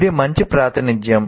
ఇది మంచి ప్రాతినిధ్యం